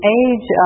age